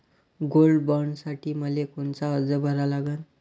Gold बॉण्डसाठी मले कोनचा अर्ज भरा लागन?